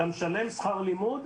אתה משלם שכר לימוד,